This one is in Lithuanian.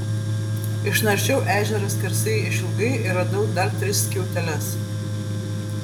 išnaršiau ežerą skersai išilgai ir radau dar tris skiauteles